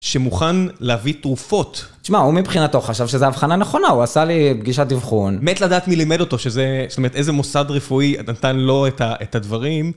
שמוכן להביא תרופות. תשמע, הוא מבחינתו חשב שזה הבחנה נכונה, הוא עשה לי פגישת אבחון. מת לדעת מי לימד אותו שזה... זאת אומרת, איזה מוסד רפואי נתן לו את הדברים.